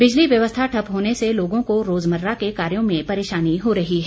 बिजली व्यवस्था ठप्प होने से लोगों को रोजमर्रा के कार्यों में परेशानी हो रही है